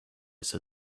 said